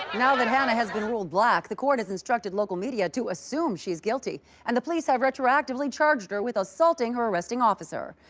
now that hannah has been ruled black, the court has instructed local media to assume she's guilty and the police have retroactively charged her with her assaulting her arresting officer.